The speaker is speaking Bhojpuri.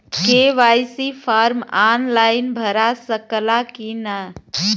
के.वाइ.सी फार्म आन लाइन भरा सकला की ना?